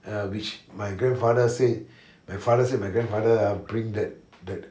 uh which my grandfather said my father said my grandfather bring that that